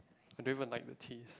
and they will like the taste